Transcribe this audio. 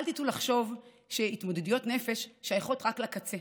אל תטעו לחשוב שהתמודדויות נפש שייכות רק לקצה.